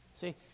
See